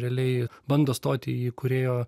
realiai bando stoti į kūrėjo